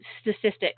statistics